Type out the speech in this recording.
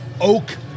oak